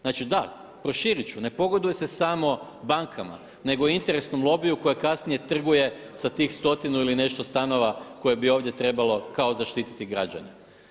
Znači da, proširit ću, ne pogoduje se samo bankama nego i interesnom lobiju koji kasnije trguje sa tih stotinu ili nešto stanova koje bi ovdje trebalo kao zaštititi građane.